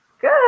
Good